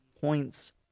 points